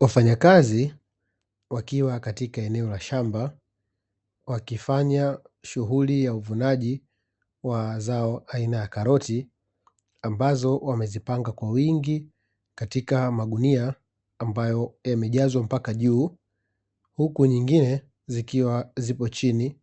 Wafanyakazi wakiwa katika eneo la shamba, wakifanya shughuli ya uvunaji wa zao aina ya karoti, ambazo wamezipanga kwa wingi katika magunia, ambayo yamejazwa mpaka juu, huku nyingine zikiwa zipo chini,